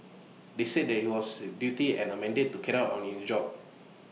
they said that he was A duty and A mandate to carry on in the job